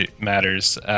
matters